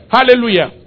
Hallelujah